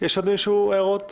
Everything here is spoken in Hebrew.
יש לעוד מישהו הערות?